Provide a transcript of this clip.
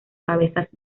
cabezas